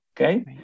okay